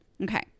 okay